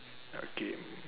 okay